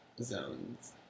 zones